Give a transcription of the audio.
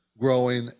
growing